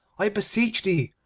i beseech thee,